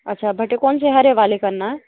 अच्छा भुट्टे कौनसे हरे वाले करना है